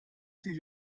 sie